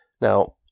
Now